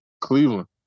Cleveland